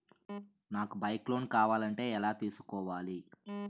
నాకు bike loan కావాలంటే ఎలా తీసుకోవాలి?